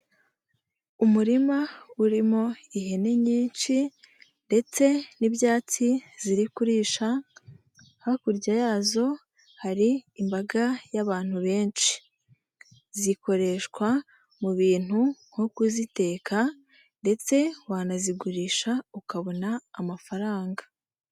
Umurima urimo ihene nyinshi ndetse n'ibyatsi ziri kurisha, hakurya yazo hari imbaga y'abantu benshi, zikoreshwa mu bintu nko kuziteka ndetse wanazigurisha ukabona amafaranga.